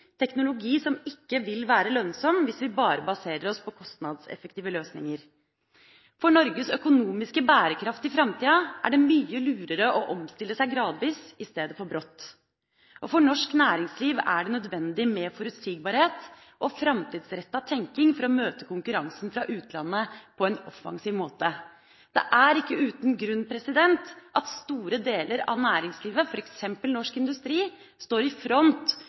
teknologi som ikke vil være lønnsom hvis vi bare baserer oss på kostnadseffektive løsninger. For Norges økonomiske bærekraft i framtida er det mye lurere å omstille seg gradvis i stedet for brått, og for norsk næringsliv er det nødvendig med forutsigbarhet og framtidsrettet tenking for å møte konkurransen fra utlandet på en offensiv måte. Det er ikke uten grunn at store deler av næringslivet, f.eks. norsk industri, står i front